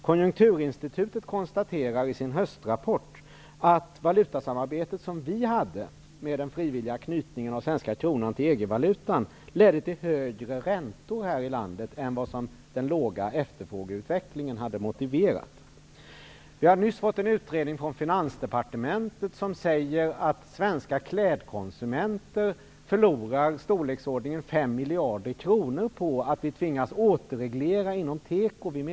Konjunkturinstitutet konstaterade i sin höstrapport att valutsamarbetet, med den frivilliga knytningen av den svenska kronan till EG-valutan, ledde till högre räntor här i landet än vad den låga efterfrågeutvecklingen motiverade. Vi har nyligen fått en rapport från Finansdepartementet i vilken det sägs att svenska klädkonsumenter förlorar i storleksordningen 5 miljarder kronor på att vi vid medlemskap tvingas återreglera inom teko.